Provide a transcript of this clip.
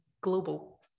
global